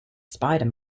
spider